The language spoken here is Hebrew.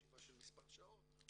ישיבה של מספר שעות,